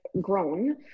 grown